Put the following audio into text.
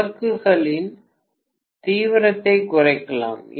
விளக்குகளின் தீவிரத்தை குறைக்கலாம்